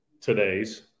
today's